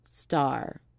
star